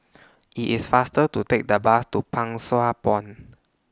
IT IS faster to Take The Bus to Pang Sua Pond